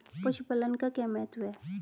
पशुपालन का क्या महत्व है?